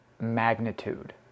magnitude